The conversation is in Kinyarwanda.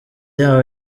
yaho